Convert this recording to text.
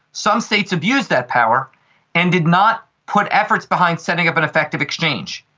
some states abused that power and did not put efforts behind setting up an effective exchange.